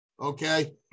Okay